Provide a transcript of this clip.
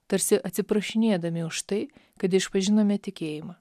tarsi atsiprašinėdami už tai kad išpažinome tikėjimą